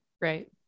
right